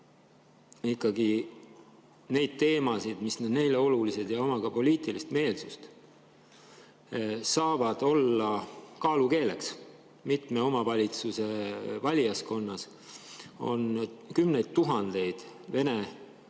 ikkagi neid teemasid, mis [on] neile olulised, ja oma poliitilist meelsust, saavad olla kaalukeeleks. Mitme omavalitsuse valijaskonnas on kümneid tuhandeid põhiliselt